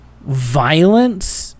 violence